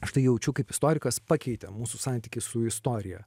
aš tai jaučiu kaip istorikas pakeitė mūsų santykį su istorija